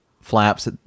flaps